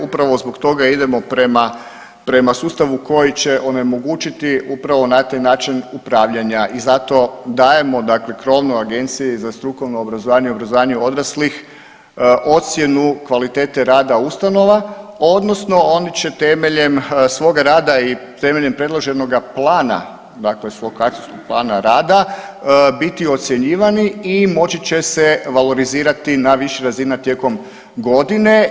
Upravo zbog toga idemo prema sustavu koji će onemogućiti upravo na taj način upravljanja i zato dajemo, dakle krovnoj agenciji za strukovno obrazovanje i obrazovanje odraslih ocjenu kvalitete rada ustanova, odnosno one će temeljem svoga rada i temeljem predloženoga plana, dakle svog akcijskog plana rada biti ocjenjivani i moći će se valorizirati na više razina tijekom godine.